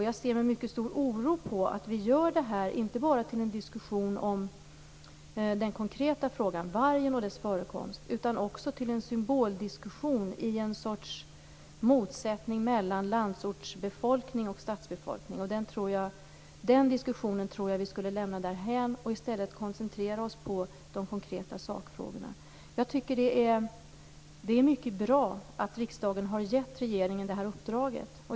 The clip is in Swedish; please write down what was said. Jag ser med oro på att detta blir en diskussion inte bara om den konkreta frågan vargen och dess förekomst, utan också till en symboldiskussion i något slags motsättning mellan landsortsbefolkning och stadsbefolkning. Den diskussionen skall vi lämna därhän, utan i stället koncentrera oss på de konkreta sakfrågorna. Det är bra att riksdagen har gett regeringen uppdraget.